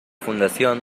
fundación